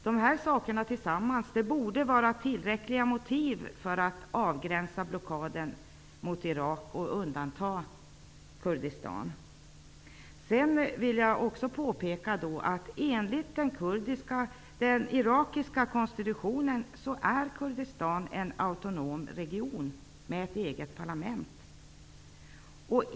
De här sakerna tillsammans borde vara tillräckliga motiv för att avgränsa blockaden mot Irak och undanta Kurdistan. Jag vill också påpeka att Kurdistan enligt den irakiska konstitutionen är en autonom region, med ett eget parlament.